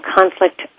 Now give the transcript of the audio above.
Conflict